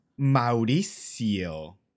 Mauricio